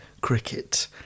cricket